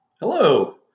Hello